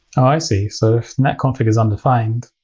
i see. so if netconfig is undefined,